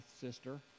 sister